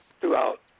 throughout